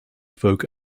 folk